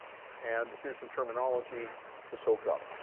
and here's some terminology to soak up.